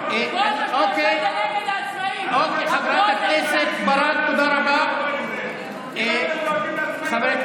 לשלם עוד כסף לביטוח לאומי, חוצפן.